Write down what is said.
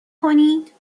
کنید